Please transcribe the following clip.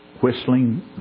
whistling